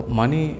money